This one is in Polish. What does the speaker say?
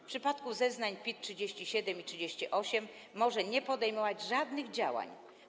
W przypadku zeznań PIT-37 i PIT-38 może nie podejmować żadnych działań.